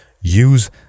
Use